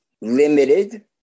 limited